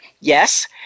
Yes